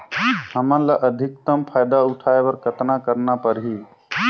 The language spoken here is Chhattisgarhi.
हमला अधिकतम फायदा उठाय बर कतना करना परही?